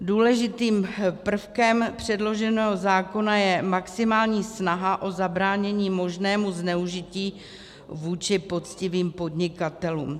Důležitým prvkem předloženého zákona je maximální snaha o zabránění možnému zneužití vůči poctivým podnikatelům.